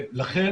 לכן,